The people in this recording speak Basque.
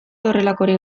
horrelakorik